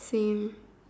same